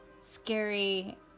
scary